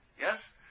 yes